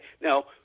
Now